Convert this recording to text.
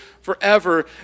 forever